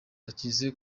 bakize